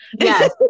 yes